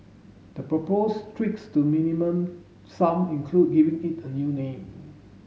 the proposed tweaks to Minimum Sum include giving it a new name